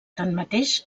tanmateix